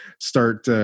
start